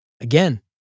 Again